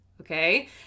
Okay